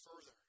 further